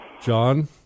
John